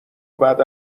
بعد